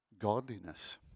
godliness